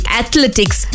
athletics